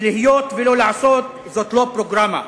ולהיות ולא לעשות זה לא פרוגרמה.